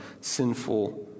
sinful